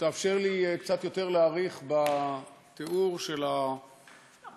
שתאפשר לי קצת יותר להאריך בתיאור של המהפכה